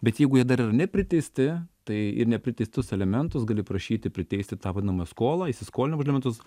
bet jeigu jie dar yra nepriteisti tai ir nepriteistus alimentus gali prašyti priteisti tą vadinamą skolą įsiskolinimo alimentus